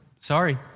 sorry